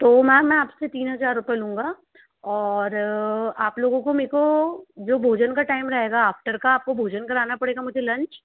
तो मैम मैं आपसे तीन हज़ार रुपये लूँगा और आप लोगों को मुझको जो भोजन का टाइम रहेगा आफ्टर का आपको भोजन कराना पड़ेगा मुझे लंच